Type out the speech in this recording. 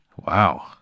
Wow